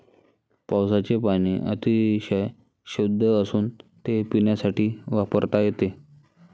पावसाचे पाणी अतिशय शुद्ध असून ते पिण्यासाठी वापरता येते